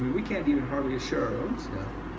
we we can't even hardly assure our own stuff.